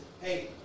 hey